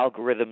algorithms